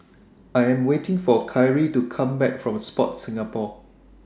I Am waiting For Kyrie to Come Back from Sport Singapore